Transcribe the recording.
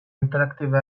interactive